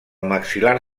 maxil·lar